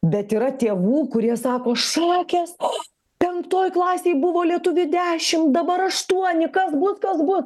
bet yra tėvų kurie sako šakės o penktoj klasėj buvo lietuvių dešimt dabar aštuoni kas bus kas bus